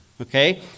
okay